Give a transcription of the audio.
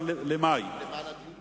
הוטרדתי מהידיעה הזאת,